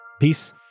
Peace